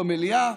במליאה,